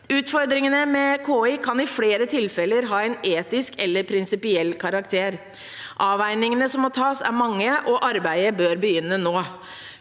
Utfordringene med KI kan i flere tilfeller ha en etisk eller prinsipiell karakter. Avveiningene som må tas, er mange, og arbeidet bør begynne nå.